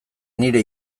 nire